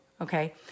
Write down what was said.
okay